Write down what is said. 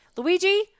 Luigi